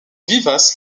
vivace